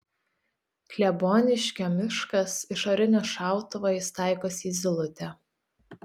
kleboniškio miškas iš orinio šautuvo jis taikosi į zylutę